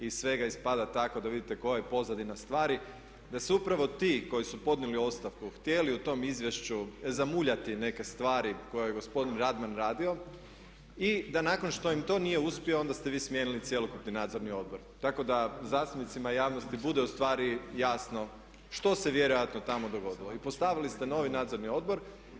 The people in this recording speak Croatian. Iz svega ispada tako da vidite koja je pozadina stvari da se upravo ti koji su podnijeli ostavku htjeli u tom izvješću zamuljati neke stvari koje je gospodin Radman radio i da nakon što im to nije uspjelo, onda ste vi smijenili cjelokupni nadzorni odbor tako da zastupnicima i javnosti bude ustvari jasno što se vjerojatno tamo dogodilo i postavili ste novi nadzorni odbor.